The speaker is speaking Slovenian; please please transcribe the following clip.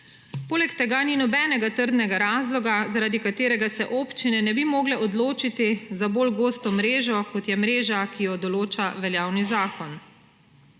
Poleg tega ni nobenega trdnega razloga, zaradi katerega se občine ne bi mogle odločiti za bolj gosto mrežo, kot je mreža, ki jo določa veljavni zakon.